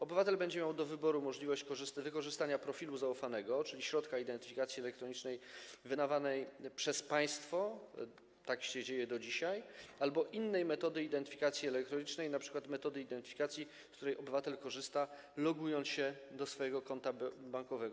Obywatel będzie miał do wyboru możliwość wykorzystania profilu zaufanego, czyli środka identyfikacji elektronicznej wydawanego przez państwo - tak się dzieje do dzisiaj - albo innej metody identyfikacji elektronicznej, np. metody identyfikacji, z której obywatel korzysta, logując się do swojego konta bankowego.